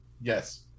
Yes